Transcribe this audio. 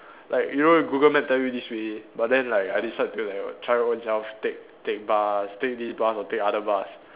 like you know Google map tell you this way but then like I decide to like try own self take take bus take this bus or take other bus